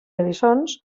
eriçons